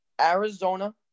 Arizona